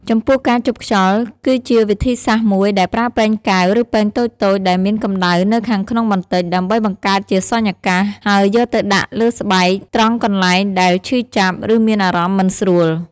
ចំពោះការជប់ខ្យល់ គឺជាវិធីសាស្ត្រមួយដែលប្រើពែងកែវ ឬពាងតូចៗដែលមានកម្ដៅនៅខាងក្នុងបន្តិច ដើម្បីបង្កើតជាសុញ្ញាកាស ហើយយកទៅដាក់លើស្បែកត្រង់កន្លែងដែលឈឺចាប់ ឬមានអារម្មណ៍មិនស្រួល។